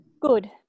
Good